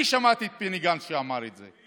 אני שמעתי את בני גנץ שאמר את זה.